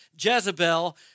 Jezebel